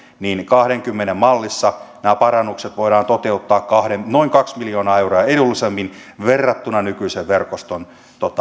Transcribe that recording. niin kahdenkymmenen mallissa nämä parannukset voidaan toteuttaa noin kaksi miljoonaa euroa edullisemmin verrattuna nykyisen verkoston